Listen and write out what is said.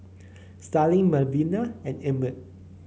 Starling Melvina and Emmett